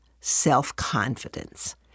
self-confidence